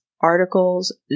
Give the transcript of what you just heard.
articles